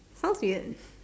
sounds weird